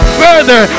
further